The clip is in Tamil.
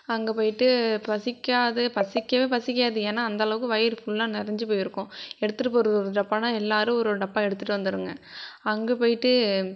அங்கே போயிட்டு பசிக்காது பசிக்கவே பசிக்காது ஏனால் அந்தளவுக்கு வயிறு ஃபுல்லாக நெறஞ்சு போயிருக்கும் எடுத்துகிட்டு போகிறது ஒரு டப்பான்னால் எல்லோரும் ஒரு ஒரு டப்பா எடுத்துகிட்டு வந்துடுங்க அங்கே போயிட்டு